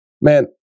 man